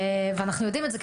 אנחנו יודעים את זה,